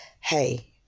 hey